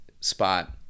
spot